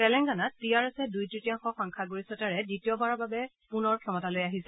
তেলেংগানাত টি আৰ এছে দুই তৃতীয়াংশ সংখ্যাগৰিষ্ঠতাৰে দ্বিতীয়বাৰৰ বাবে পুনৰ ক্ষমতালৈ আহিছে